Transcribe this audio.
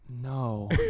No